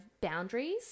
boundaries